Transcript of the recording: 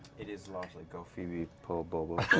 it is largely gofibepo? but